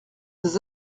des